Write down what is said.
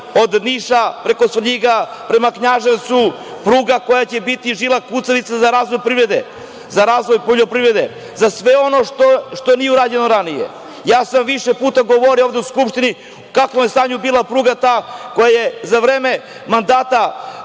od Niša preko Svrljiga prema Knjaževcu, pruga koja će biti žila kucavica za razvoj privrede, za razvoj poljoprivrede, za sve ono što nije urađeno ranije. Ja sam više puta govorio ovde u Skupštini u kakvom je stanju bila ta pruga, koja je za vreme mandata